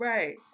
Right